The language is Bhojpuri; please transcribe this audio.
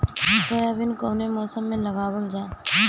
सोयाबीन कौने मौसम में लगावल जा?